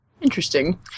Interesting